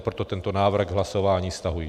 Proto tento návrh k hlasování stahuji.